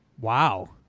wow